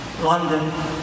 London